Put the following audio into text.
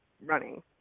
running